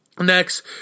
Next